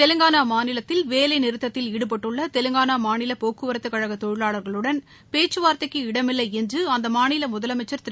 தெலங்கானா மாநிலத்தில் வேலைநிறுதத்தில் ஈடுபட்டுள்ள தெலங்கான மாநில போக்குவரத்துக்கழக தொழிலாளா்களுடன் பேச்கவார்த்தைக்கு இடமில்லை என்று அந்த மாநில முதலமைச்சள் திரு